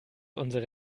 unsere